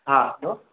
हा अचो